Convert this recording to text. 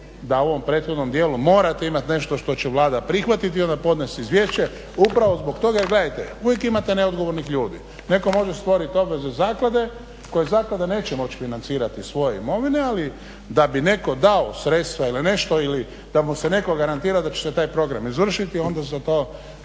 da u ovom prethodnom dijelu morate imati nešto što će Vlada prihvatiti i onda podnijeti izvješće upravo zbog toga. Jer gledajte, uvijek imate neodgovornih ljudi. Netko može stvoriti obveze zaklade koje zaklada neće moći financirati iz svoje imovine ali da bi netko dao sredstva ili nešto ili da mu netko garantira da će se taj program izvršiti onda za to